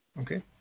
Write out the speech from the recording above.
Okay